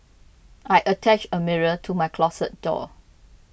I attached a mirror to my closet door